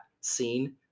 scene